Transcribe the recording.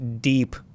deep